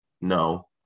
No